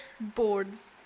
boards